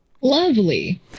lovely